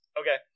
Okay